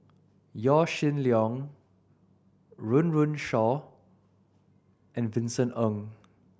Yaw Shin Leong Run Run Shaw and Vincent Ng